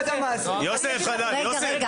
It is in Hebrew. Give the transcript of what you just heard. יוסף חדד, רגע.